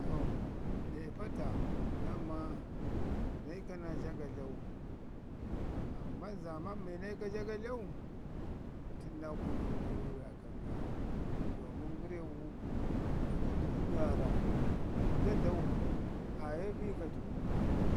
to be pata daama na ika naa jagadlau, amman mi na ika jagadlau, tən naa kunu awayu raakan ga domin gərre gu su dəvu mi waarra nda dau aa ye fika təku,